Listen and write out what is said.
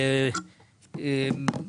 עוד